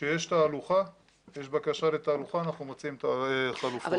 כשיש בקשה לתהלוכה אנחנו מציעים חלופות.